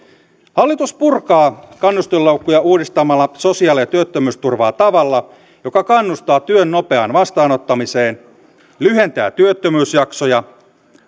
hallitus purkaa kannustinloukkuja uudistamalla sosiaali ja työttömyysturvaa tavalla joka kannustaa työn nopeaan vastaanottamiseen lyhentää työttömyysjaksoja